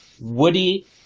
Woody